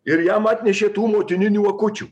ir jam atnešė tų motininių akučių